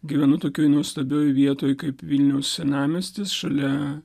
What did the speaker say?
gyvenu tokioj nuostabioj vietoj kaip vilniaus senamiestis šalia